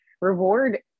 reward